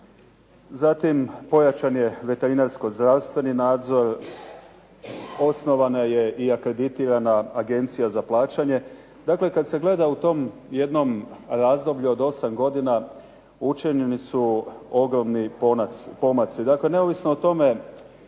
Zatim, pojačan je veterinarsko zdravstveni nadzor, osnovana je i akreditirana agencija za plaćanje. Dakle, kad se gleda u tom jednom razdoblju od osam godina učinjeni su ogromni pomaci. Neovisno o tome